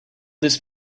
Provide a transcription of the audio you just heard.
this